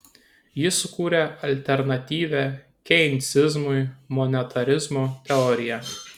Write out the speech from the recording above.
jis sukūrė alternatyvią keinsizmui monetarizmo teoriją